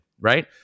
right